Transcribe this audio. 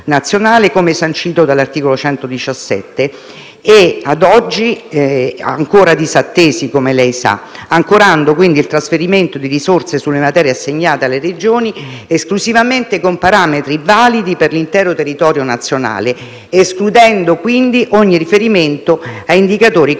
come sancito dall'articolo 117 della Costituzione - ad oggi ancora disattesi, come lei sa - ancorando il trasferimento di risorse sulle materie assegnate alle Regioni esclusivamente con parametri validi per l'intero territorio nazionale ed escludendo quindi ogni riferimento ad indicatori collegati